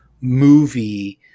movie